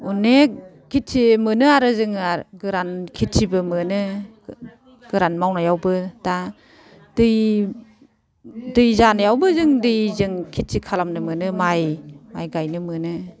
अनेक खेथि मोनो आरो जोङो गोरान खेथिबो मोनो गोरान मावनायावबो दा दै जानायावबो जों दैजों खेथि खालामनो मोनो माइ गायनो मोनो